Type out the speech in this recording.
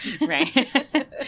right